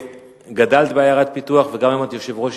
שגדלת בעיירת פיתוח והיום את יושבת-ראש